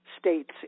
States